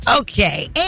Okay